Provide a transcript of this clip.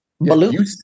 balloon